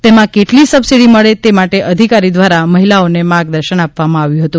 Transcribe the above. તેમાં કેટલી સબસીડી મળે તે માટે અધિકારી દ્વારા મહિલાઓને માર્ગદર્શન આપવામાં આવ્યું હતું